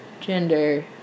gender